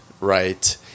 right